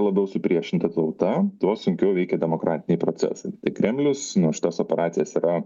labiau supriešinta tauta tuo sunkiau veikia demokratiniai procesai tai kremlius na šitas operacijas yra